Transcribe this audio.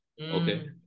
okay